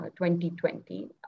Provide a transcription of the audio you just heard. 2020